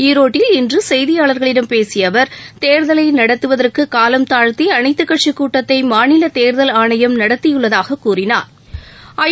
ஈரோட்டில் இன்றுசெய்தியாளர்களிடம் பேசியஅவர் தேர்தலைநடத்துவதற்குகாலம் தாழ்த்திஅனைத்துக் கட்சிக் கூட்டத்தைமாநிலதோ்தல் ஆணையம் நடத்தியுள்ளதாகக் கூறினாா்